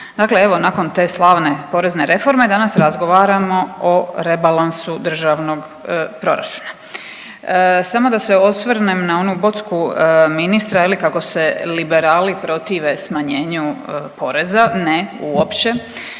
Dakle, evo nakon te slave porezne reforme danas razgovaramo o rebalansu državnog proračuna. Samo da se osvrnem na onu bocku ministra je li kako se liberali protive smanjenju poreza. Ne, uopće.